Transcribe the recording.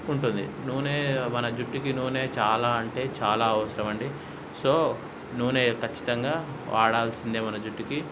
ఉంటుంది నూనె మన జుట్టుకి నూనె చాలా అంటే చాలా అవసరం అండి సో నూనె కచ్చితంగా వాడాల్సిందే మన జుట్టుకి